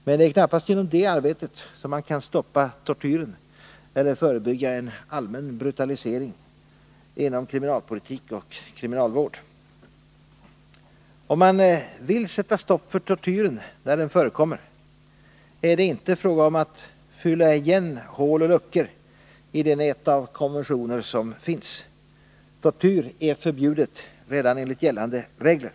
Men det är knappast genom det arbetet som man kan stoppa tortyren eller förebygga en allmän brutalisering inom kriminalpolitik och kriminalvård. Om man vill sätta stopp för tortyren där den förekommer, är det inte fråga om att fylla igen hål och luckor i det nät av konventioner som finns. Tortyr är förbjudet redan enligt gällande regler.